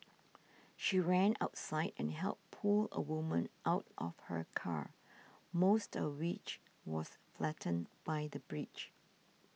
she ran outside and helped pull a woman out of her car most of which was flattened by the bridge